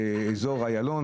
באיזור איילון,